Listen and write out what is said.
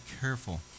careful